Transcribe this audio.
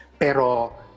pero